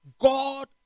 God